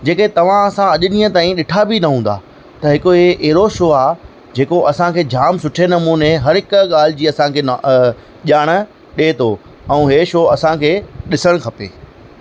जेके तव्हां असां अॼु ॾींहं ताईं ॾिठा बि न हूंदा त हिकु ई अहिड़ो शो आहे जेको असांखे जाम सुठे नमूने हर हिक ॻाल्हि जी असांखे न ॼाण ॾे थो ऐं हीअ शो असांखे ॾिसणु खपे